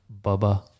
Bubba